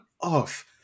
off